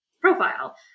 profile